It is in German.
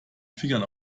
finger